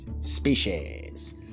species